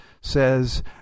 says